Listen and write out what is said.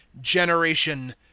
generation